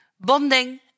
bonding